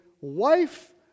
wife